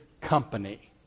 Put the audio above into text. company